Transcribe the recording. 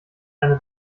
eine